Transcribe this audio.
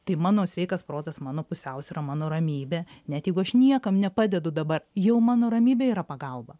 tai mano sveikas protas mano pusiausvyra mano ramybė net jeigu aš niekam nepadedu dabar jau mano ramybė yra pagalba